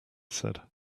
said